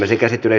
asia